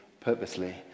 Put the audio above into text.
purposely